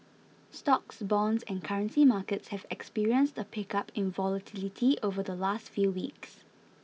stocks bonds and currency markets have experienced a pickup in volatility over the last few weeks